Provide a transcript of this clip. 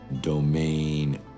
domain